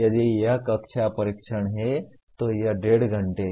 यदि यह कक्षा परीक्षण है तो यह डेढ़ घंटे है